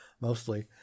mostly